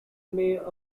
mayor